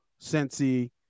Cincy